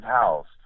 housed